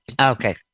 Okay